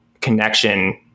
connection